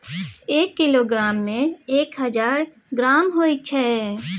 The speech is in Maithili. एक किलोग्राम में एक हजार ग्राम होय छै